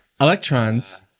Electrons